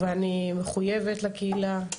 ואני מחויבת לקהילה,